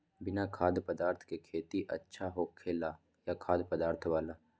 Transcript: बिना खाद्य पदार्थ के खेती अच्छा होखेला या खाद्य पदार्थ वाला?